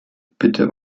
bitte